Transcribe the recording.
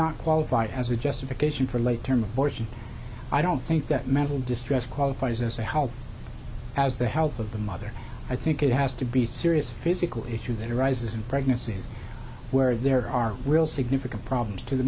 not qualify as a justification for late term abortions i don't think that mental distress qualifies as a healthy as the health of the mother i think it has to be serious physical issue that arises in pregnancy where there are real significant problems to the